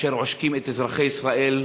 אשר עושקים את אזרחי ישראל,